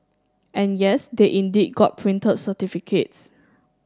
and yes they indeed got printed certificates